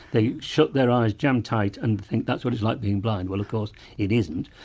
they shut their eyes jammed tight and think that's what it's like being blind, well of course it isn't.